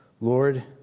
Lord